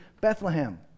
Bethlehem